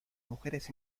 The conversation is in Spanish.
mujeres